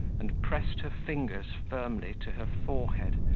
and pressed her fingers firmly to her forehead,